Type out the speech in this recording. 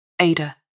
Ada